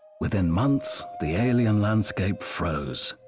within months the alien landscape froze.